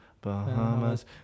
Bahamas